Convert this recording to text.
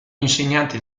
insegnante